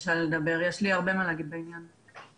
בבקשה גם לדבר, יש לי הרבה מה להגיד בעניין הזה.